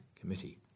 Committee